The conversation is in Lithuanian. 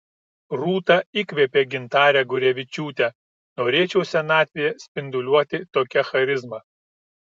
rūta įkvėpė gintarę gurevičiūtę norėčiau senatvėje spinduliuoti tokia charizma